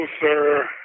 sir